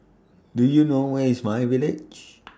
Do YOU know Where IS My Village